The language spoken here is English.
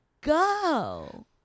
go